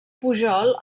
pujol